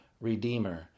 Redeemer